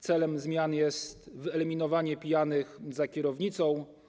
celem zmian jest wyeliminowanie pijanych za kierownicą.